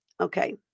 okay